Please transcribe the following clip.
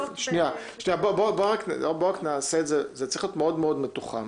זה צריך להיות מאוד מאוד מתוחם.